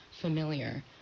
familiar